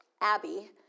Abby